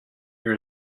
your